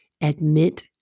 admit